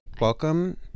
welcome